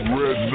red